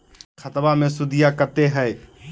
खतबा मे सुदीया कते हय?